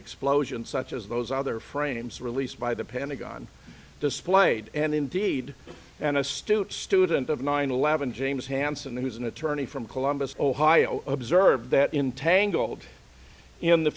explosion such as those other frames released by the pentagon displayed and indeed an astute student of nine eleven james hansen who's an attorney from columbus ohio observed that in tangled in the